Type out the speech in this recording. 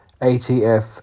ATF